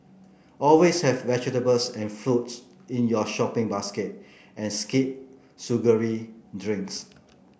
always have vegetables and fruits in your shopping basket and skip sugary drinks